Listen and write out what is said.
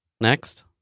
Next